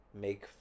make